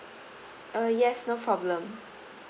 uh yes no problem